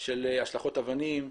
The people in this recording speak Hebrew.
של השלכות אבנים,